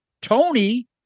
Tony